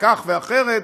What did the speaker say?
וכך ואחרת,